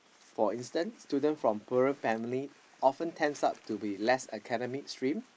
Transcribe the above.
for instance student from poorer family often tends up to be less academic stream